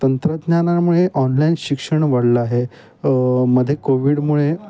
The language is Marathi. तंत्रज्ञानामुळे ऑनलाईन शिक्षण वाढलं आहे मधे कोविडमुळे